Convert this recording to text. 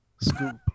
scoop